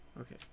okay